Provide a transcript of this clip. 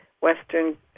Western